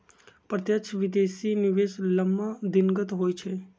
प्रत्यक्ष विदेशी निवेश लम्मा दिनगत होइ छइ